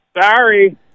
Sorry